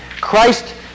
Christ